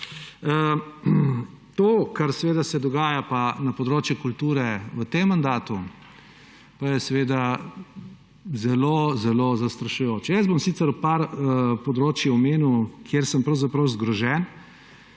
To, kar pa se dogaja na področju kulture v tem mandatu, pa je seveda zelo, zelo zastrašujoče. Sicer bom par področij omenil, kjer sem pravzaprav zgrožen.